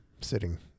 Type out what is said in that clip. sitting